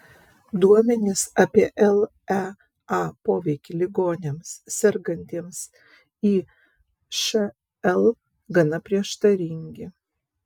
duomenys apie lea poveikį ligoniams sergantiems išl gana prieštaringi